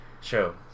Show